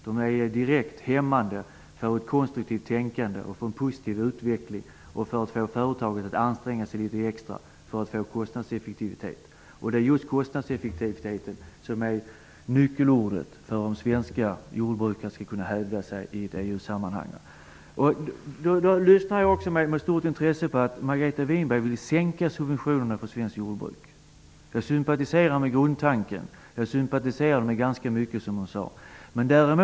De är direkt hämmande för konstruktivt tänkande och för en positiv utveckling. De är också hämmnade när det gäller att få företag att anstränga sig litet extra för att uppnå kostnadseffektivitet. Det är just kostnadseffektiviteten som är nyckelordet när det gäller svenska jordbrukares möjligheter att hävda sig i EU-sammanhang. Jag lyssnade med stort intresse på Margareta Winberg, som vill minska subventionerna för svenskt jordbruk. Jag sympatiserar med grundtanken och med ganska mycket av det som hon nämnde.